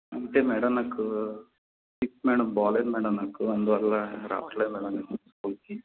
అంటే మేడం నాకు sick madam బాగాలేదు మేడం నాకు అందువల్ల రావట్లేదు మేడం నేను స్కూల్కి